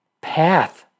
path